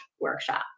workshop